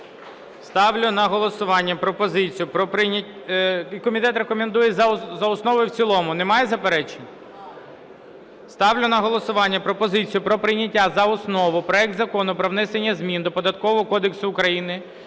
Ставлю на голосування пропозицію про прийняття за основу проекту Закону про внесення змін до Податкового кодексу України